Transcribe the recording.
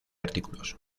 artículos